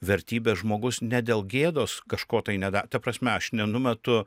vertybės žmogus ne dėl gėdos kažko tai neda ta prasme aš nenumetu